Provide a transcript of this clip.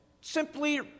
simply